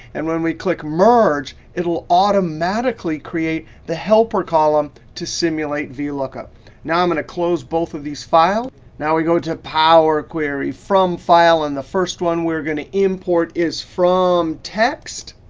and when we click merge, it'll automatically create the helper column to simulate vlookup. now i'm going to close both of these file. now we go to a power query, from file. and the first one we're going to import is from text.